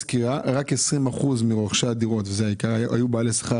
לפי הסקירה רק 20 אחוזים מרוכשי הדירות היו בעלי השכר